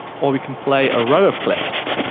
or we can play a row of clips.